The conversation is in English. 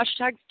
hashtag